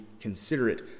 considerate